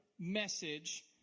message